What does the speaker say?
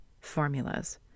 formulas